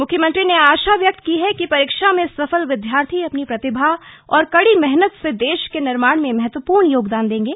मुख्यमंत्री ने आशा व्यक्त की है कि परीक्षा में सफल विद्यार्थी अपनी प्रतिभा और कड़ी मेहनत से देश के निर्माण में महत्वपूर्ण योगदान देंगे